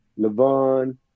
LeVon